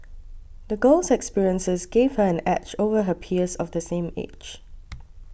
the girl's experiences gave her an edge over her peers of the same age